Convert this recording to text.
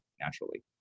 naturally